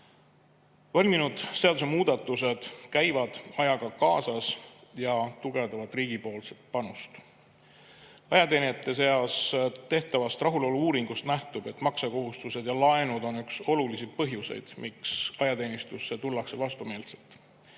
Valminud seadusemuudatused käivad ajaga kaasas ja tugevdavad riigi panust. Ajateenijate seas tehtavast rahulolu‑uuringust nähtub, et maksekohustused ja laenud on üks olulisi põhjuseid, miks ajateenistusse tullakse vastumeelselt,